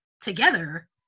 together